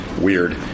weird